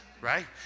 right